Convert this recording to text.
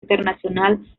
internacional